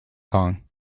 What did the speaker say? kong